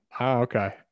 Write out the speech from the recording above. Okay